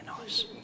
nice